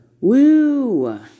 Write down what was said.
Woo